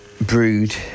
Brewed